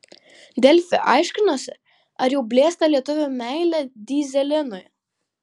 delfi aiškinosi ar jau blėsta lietuvių meilė dyzelinui